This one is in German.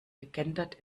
gegendert